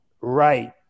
right